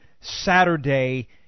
Saturday